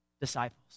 disciples